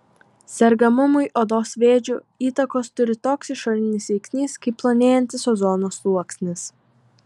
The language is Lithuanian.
sergamumui odos vėžiu įtakos turi toks išorinis veiksnys kaip plonėjantis ozono sluoksnis